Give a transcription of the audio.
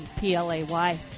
P-L-A-Y